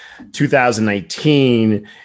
2019